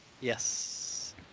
Yes